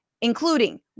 Including